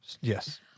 Yes